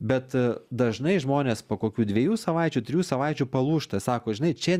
bet dažnai žmonės po kokių dviejų savaičių trijų savaičių palūžta sako žinai čia